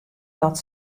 dat